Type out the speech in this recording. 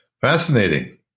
Fascinating